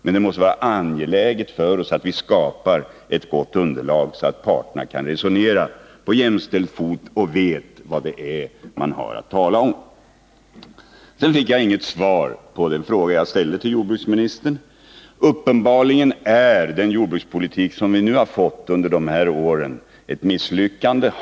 Men det måste vara angeläget för oss att skapa ett gott underlag, så att parterna kan resonera på jämställd fot och vet vad det är man har att tala om. Jag fick inget svar på den fråga jag ställde till jordbruksministern. Uppenbarligen är den jordbrukspolitik som vi har fått under de senaste åren ett misslyckande.